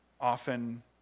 Often